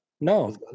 No